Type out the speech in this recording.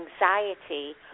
anxiety